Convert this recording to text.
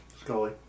Scully